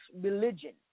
religion